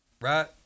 Right